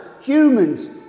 humans